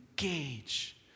engage